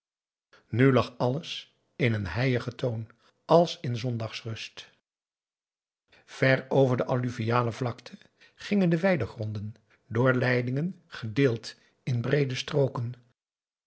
nu lag alles in een heiïgen toon als in zondagsrust ver over de alluviale vlakte gingen de weidegronden door leidingen gedeeld in breede strooken